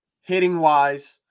hitting-wise